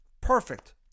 Perfect